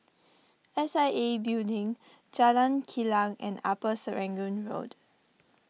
S I A Building Jalan Kilang and Upper Serangoon Road